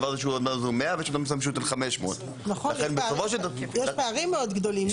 יש דבר שהוא 100 ויש מצב שהוא נותן 500. יש פערים מאוד גדולים.